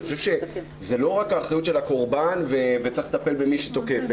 אני חושב שזו לא רק האחריות של הקורבן וצריך לטפל במי שתוקף,